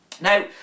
Now